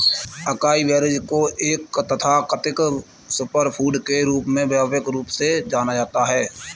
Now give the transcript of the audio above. acai berries को एक तथाकथित सुपरफूड के रूप में व्यापक रूप से जाना जाता है